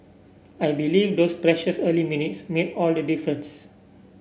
I believe those precious early minutes made all the difference